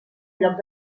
lloc